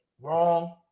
Wrong